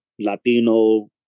Latino